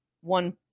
one